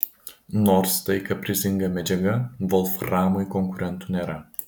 nors tai kaprizinga medžiaga volframui konkurentų nėra